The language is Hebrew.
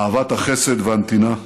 אהבת החסד והנתינה.